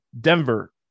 Denver